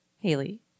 Haley